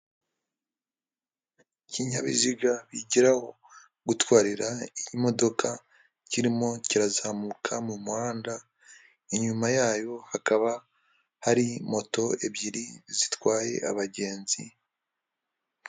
Ikinyabiziga bigiraho gutwarira modoka, kirimo kirazamuka mu muhanda, inyuma yayo hakaba hari moto ebyiri zitwaye abagenzi.